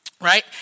right